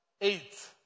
eight